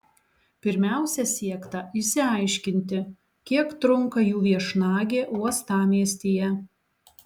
pirmiausia siekta išsiaiškinti kiek trunka jų viešnagė uostamiestyje